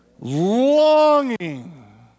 longing